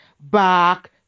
back